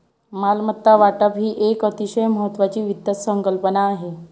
मालमत्ता वाटप ही एक अतिशय महत्वाची वित्त संकल्पना आहे